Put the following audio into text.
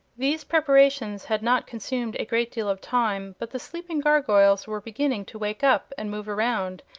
these preparations had not consumed a great deal of time, but the sleeping gargoyles were beginning to wake up and move around,